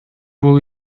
бул